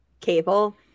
cable